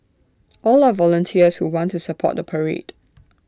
all are volunteers who want to support the parade